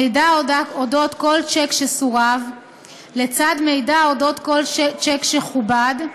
מידע על כל שיק שסורב לצד מידע על כל שיק שכובד,